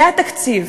זה התקציב,